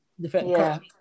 different